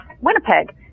Winnipeg